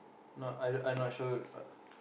no I I not sure